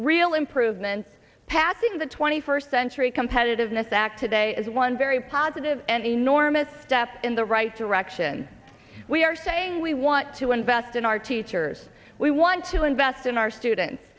real improvements passing in the twenty first century competitiveness act today is one very positive and enormous step in the right direction we are saying we want to invest in our teachers we want to invest in our students